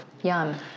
Yum